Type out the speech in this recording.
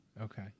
Okay